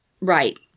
Right